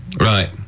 Right